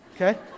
okay